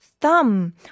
thumb